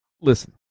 Listen